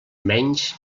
menys